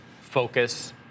focus